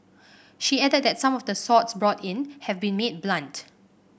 she added that some of the swords brought in have been made blunt